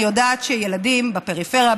אני יודעת שילדים בפריפריה,